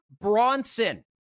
Bronson